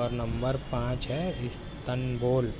اور نمبر پانچ ہے استنبول